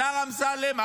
השר אמסלם,